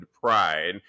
pride